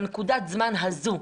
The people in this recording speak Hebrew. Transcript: בנקודת הזמן הזאת,